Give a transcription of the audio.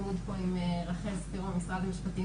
צמוד פה עם רחל ספירו ממשרד המשפטים,